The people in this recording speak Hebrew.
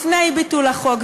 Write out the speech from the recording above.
לפני ביטול החוק,